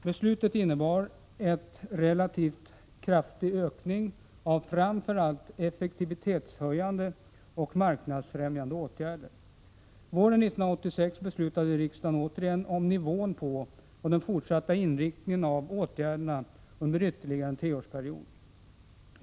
Beslutet innebar en relativt kraftig ökning av framför allt effektivitetshöjande och marknadsfrämjande åtgärder. Våren 1986 beslutade riksdagen återigen om nivån på och den fortsatta inriktningen av åtgärderna under ytterligare en treårsperiod.